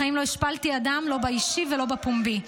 בחיים לא השפלתי אדם, לא באישי ולא בפומבי.